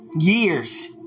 Years